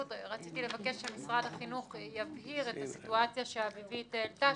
רציתי לבקש שמשרד החינוך יבהיר את הסיטואציה שאביבית העלתה,